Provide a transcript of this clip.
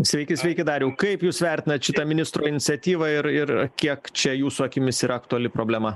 sveiki sveiki dariau kaip jūs vertinate šitą ministro iniciatyvą ir ir kiek čia jūsų akimis yra aktuali problema